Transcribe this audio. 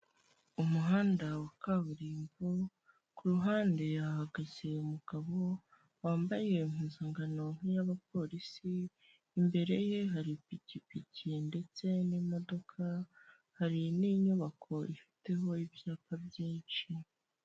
Umuhanda wa kaburimbo ku ruhande hahagaze umugabo wambaye impuzangano nk'iy'abapolisi, imbere ye hari ipikipiki ndetse n'imodoka, hari n'inyubako ifiteho ibyapa byinshi.